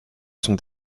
sont